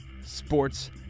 Sports